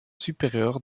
supérieur